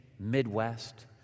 Midwest